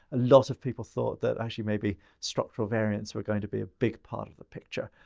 a lot of people thought that actually maybe structural variants we're going to be a big part of the picture.